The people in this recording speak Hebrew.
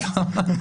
סתם.